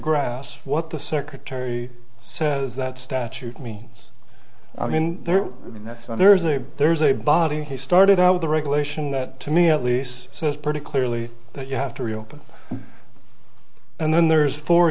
grasp what the secretary says that statute me i mean there is no there is a there's a body he started out with a regulation that to me at least says pretty clearly that you have to reopen and then there's four